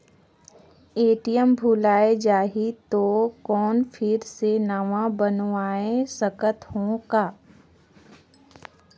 ATM भुलाये जाही तो कौन फिर से नवा बनवाय सकत हो का?